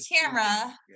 camera